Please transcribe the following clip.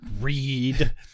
read